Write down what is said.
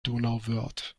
donauwörth